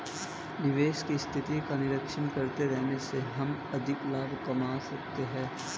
निवेश की स्थिति का निरीक्षण करते रहने से हम अधिक लाभ कमा सकते हैं